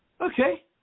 okay